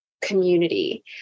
community